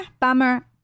bummer